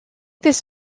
this